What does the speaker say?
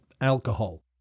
alcohol